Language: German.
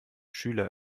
schüler